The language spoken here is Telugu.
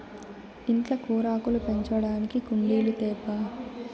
ఇంట్ల కూరాకులు పెంచడానికి కుండీలు తేబ్బా